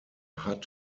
hat